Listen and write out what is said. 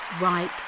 right